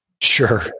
Sure